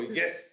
yes